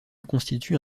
constitue